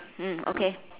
mm okay